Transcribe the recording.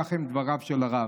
כך הם דבריו של הרב.